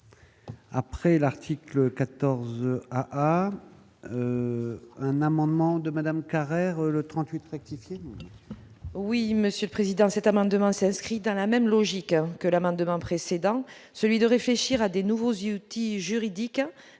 Après l'article 14 à un amendement de Madame Carrère le 38 rectifier.